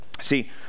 See